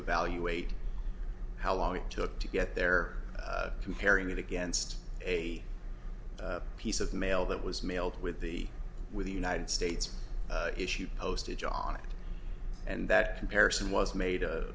evaluate how long it took to get there comparing it against a piece of mail that was mailed with the with the united states issued postage on it and that comparison was made